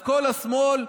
כל השמאל,